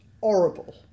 horrible